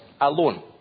alone